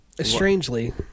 Strangely